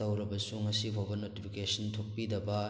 ꯇꯧꯔꯕꯁꯨ ꯉꯁꯤ ꯐꯥꯎꯕ ꯅꯣꯇꯤꯐꯤꯀꯦꯁꯟ ꯊꯣꯛꯄꯤꯗꯕ